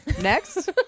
Next